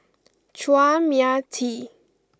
Chua Mia Tee